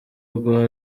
rwa